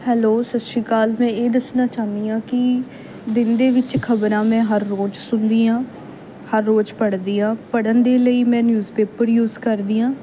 hello ਸਤਿ ਸ਼੍ਰੀ ਅਕਾਲ ਮੈਂ ਇਹ ਦੱਸਣਾ ਚਾਹੁੰਦੀ ਹਾਂ ਕਿ ਦਿਨ ਵਿੱਚ ਖ਼ਬਰਾਂ ਮੈਂ ਹਰ ਰੋਜ਼ ਸੁਣਦੀ ਹਾਂ ਹਰ ਰੋਜ਼ ਪੜ੍ਹਦੀ ਹਾਂ ਪੜ੍ਹਨ ਦੇ ਲਈ ਮੈਂ ਨਿਊਜ਼ ਪੇਪਰ ਯੂਜ ਕਰਦੀ ਹਾਂ